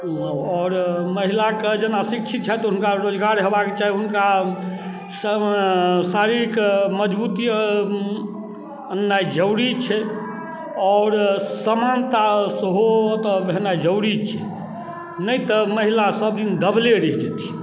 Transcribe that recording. आओर महिलाके जेना शिक्षित छथि हुनका रोजगार हेबाक चाही हुनका शारीरिक मजबूती अननाइ जरूरी छै आओर समानता सेहो ओतऽ भेनाइ जरूरी छै नहि तऽ महिला सबदिन दबले रहि जेथिन